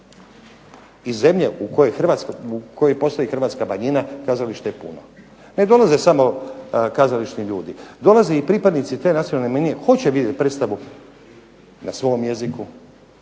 iz zemlje u kojoj postoji Hrvatska manjina, kazalište je puno, ne dolaze samo kazališni ljudi, dolaze i pripadnici nacionalne manjine, hoće viditi predstavu na svom jeziku,